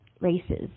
races